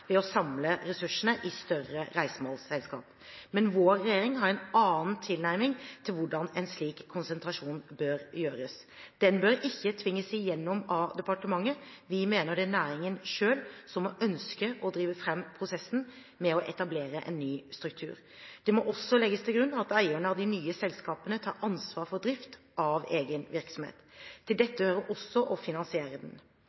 ved å samle ressursene i større reisemålsselskaper. Men vår regjering har en annen tilnærming til hvordan en slik konsentrasjon bør gjøres. Den bør ikke tvinges igjennom av departementet, vi mener det er næringen selv som må ønske å drive fram prosessen med å etablere en ny struktur. Det må også legges til grunn at eierne av de nye selskapene tar ansvar for drift av egen virksomhet. Til dette hører også å finansiere den.